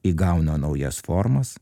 įgauna naujas formas